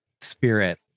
spirit